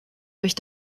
durch